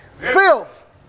Filth